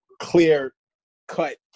clear-cut